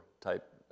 type